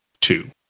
two